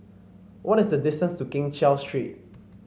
what is the distance to Keng Cheow Street